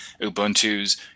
Ubuntu's